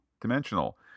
dimensional